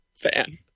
fan